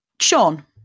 Sean